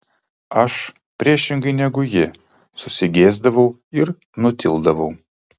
aš priešingai negu ji susigėsdavau ir nutildavau